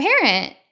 parent